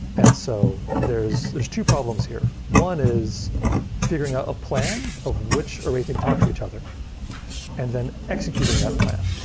and so there're two problems here. one is figuring out a plan of which arrays need to talk to each other and then executing that plan,